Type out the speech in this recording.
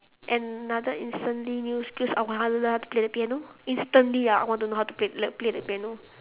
another instantly new skills I want how to learn how to play the piano instantly ah I want to know how to play the play the piano